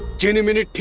genie meanie.